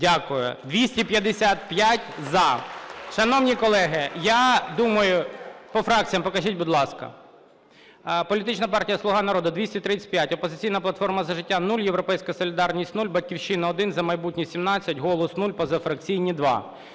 Дякую. 255 – за. Шановні колеги, я думаю… По фракціям покажіть, будь ласка. Політична партія "Слуга народу" – 235, "Опозиційна платформа – За життя" – 0, "Європейська солідарність" – 0, "Батьківщина" – 1, "За майбутнє" – 17, "Голос" – 0, позафракційні –